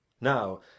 now